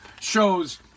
shows